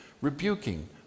rebuking